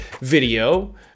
video